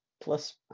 Plus